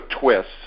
twists